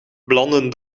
belanden